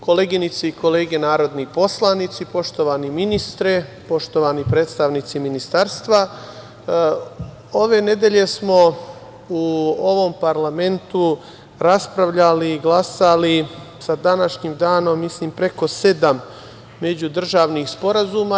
Koleginice i kolege narodni poslanici, poštovani ministre, poštovani predstavnici Ministarstva, ove nedelje smo u ovom parlamentu raspravljali i glasali sa današnjim danom, mislim, preko sedam međudržavnih sporazuma.